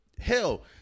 hell